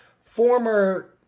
former